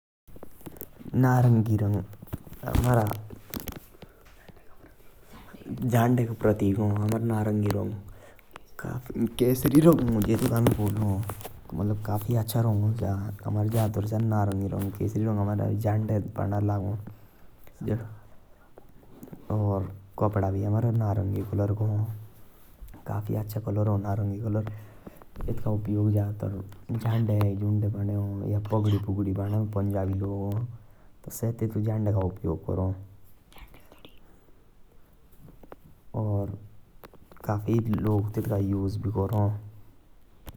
नारंगी रंग काफी अच्छा रंग ह। तेटका उसे हमे झंडे पांडा करु। जो कि हमे काफी सुध मनु। तातुक हमे केसरी रंग बोलु।